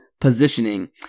positioning